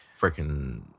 freaking